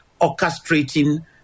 orchestrating